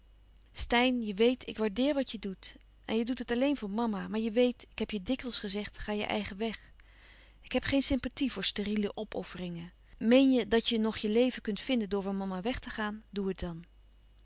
steyn je weet ik waardeer wat je doet en je doet het alleen voor mama maar je weet ik heb je dikwijls gezegd ga je eigen weg ik heb geen sympathie voor steriele opofferingen meen je dat je nog je leven kunt vinden door van mama weg te gaan doe het dan